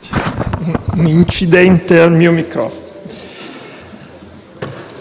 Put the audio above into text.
finestra")